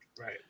Right